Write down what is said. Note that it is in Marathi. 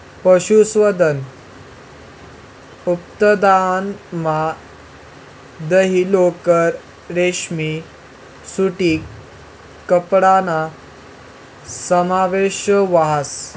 पशुसंवर्धन उत्पादनमा दही, लोकर, रेशीम सूती कपडाना समावेश व्हस